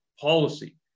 policy